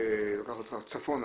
שלוקחת אותך צפונה,